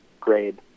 grade